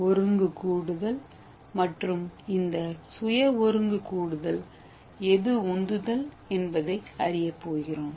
ஒருங்கு கூடுதல் மற்றும் இந்த சுய - ஒருங்கு கூடுதல் எது உந்துதல் என்பதை அறியப் போகிறோம்